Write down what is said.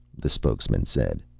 the spokesman said.